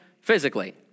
physically